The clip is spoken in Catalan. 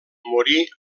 morí